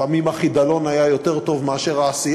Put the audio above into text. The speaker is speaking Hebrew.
לפעמים החידלון היה יותר טוב מהעשייה,